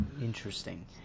interesting